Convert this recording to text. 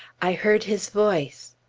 i heard his voice.